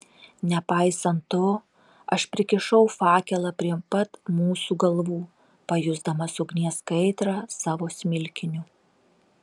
nepaisant to aš prikišau fakelą prie pat mūsų galvų pajusdamas ugnies kaitrą savo smilkiniu